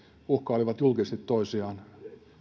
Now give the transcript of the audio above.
uhkaili julkisesti toisiaan